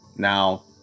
Now